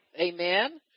Amen